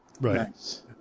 Right